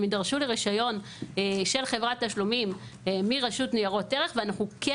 הם יידרשו לרישיון של חברת תשלומים מרשות ניירות ערך ואנחנו כן